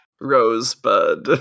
rosebud